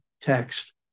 text